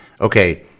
okay